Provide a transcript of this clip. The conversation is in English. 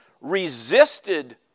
resisted